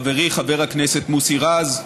חברי חבר הכנסת מוסי רז,